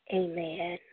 amen